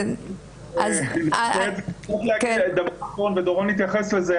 נכון ודורון התייחס לזה,